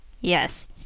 Yes